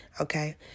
Okay